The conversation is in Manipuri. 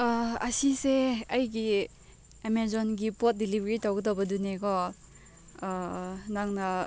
ꯑꯁꯤꯁꯦ ꯑꯩꯒꯤ ꯑꯦꯃꯥꯖꯣꯟꯒꯤ ꯄꯣꯠ ꯗꯤꯂꯤꯕꯔꯤ ꯇꯧꯒꯗꯧꯕꯗꯨꯅꯤ ꯀꯣ ꯅꯪꯅ